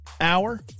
hour